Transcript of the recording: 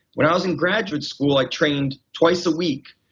when i was in graduate school i trained twice a week.